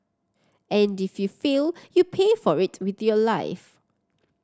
and if you fail you pay for it with your life